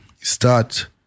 start